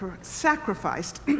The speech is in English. sacrificed